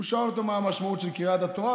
הוא שאל אותו מה המשמעות של קריאת התורה,